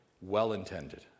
well-intended